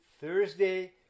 Thursday